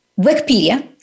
Wikipedia